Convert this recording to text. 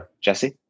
Jesse